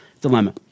dilemma